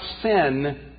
sin